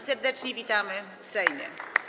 Serdecznie witamy w Sejmie.